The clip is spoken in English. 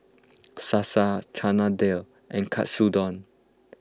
Salsa Chana Dal and Katsudon